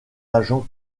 agents